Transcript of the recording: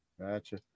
Gotcha